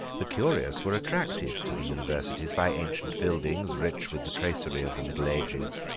the curious were attracted to the universities by ancient buildings rich with the tracery of the middle ages,